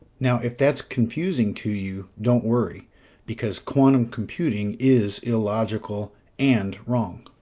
now, if that's confusing to you, don't worry because quantum computing is illogical and wrong.